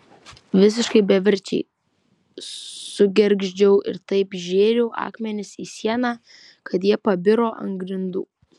visiškai beverčiai sugergždžiau ir taip žėriau akmenis į sieną kad jie pabiro ant grindų